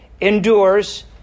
endures